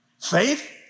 faith